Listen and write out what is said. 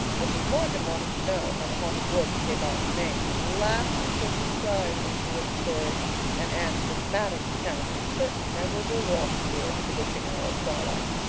mrs. morgan wanted to know how the haunted wood came by its name, and laughed until she cried when she heard the story and anne's dramatic account of a certain memorable walk through it at the witching hour of twilight.